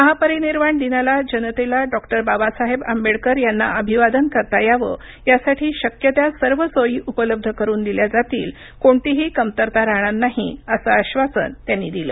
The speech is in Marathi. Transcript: महापरिनिर्वाण दिनाला जनतेला डॉक्टर बाबासाहेब आंबेडकर यांना अभिवादन करता यावं यासाठी शक्य त्या सर्व सोयी उपलब्ध करून दिल्या जातील कोणतीही कमतरता राहणार नाही असं आश्वासन त्यांनी दिलं